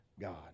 God